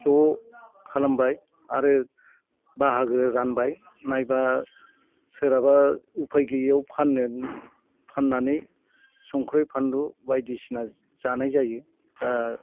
ज' खालामबाय आरो बाहागो रानबाय नायबा सोरहाबा उफाय गैयियाव फानो फान्नानै संख्रि फानलु बायदिसिना जानाय जायो दा